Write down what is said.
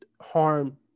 harm